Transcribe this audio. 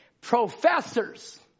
professors